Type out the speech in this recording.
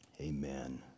Amen